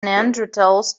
neanderthals